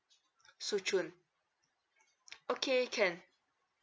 shu chun okay can